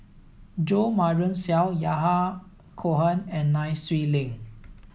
Jo Marion Seow Yahya Cohen and Nai Swee Leng